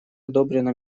одобрено